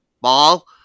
Ball